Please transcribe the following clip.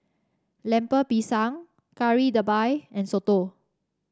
Lemper Pisang Kari Debal and soto